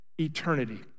eternity